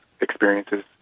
experiences